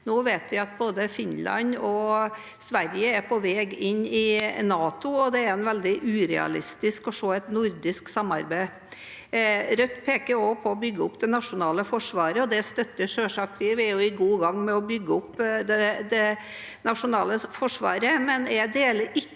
Nå vet vi at både Finland og Sverige er på vei inn i NATO, og det er veldig urealistisk å se et nordisk samarbeid. Rødt peker også på å bygge opp det nasjonale forsvaret, og det støtter vi selvsagt. Vi er jo godt i gang med å bygge opp det nasjonale forsvaret. Men jeg deler ikke